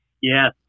Yes